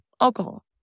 alcohol